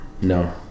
no